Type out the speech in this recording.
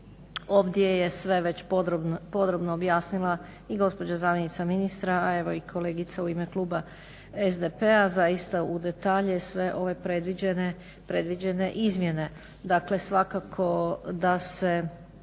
Ovdje je sve već podrobno objasnila i gospođa zamjenica ministra, a evo i kolegica u ime kluba SDP-a zaista u detalje, sve ove predviđene izmjene. Dakle, svakako da se